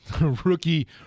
rookie